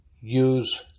use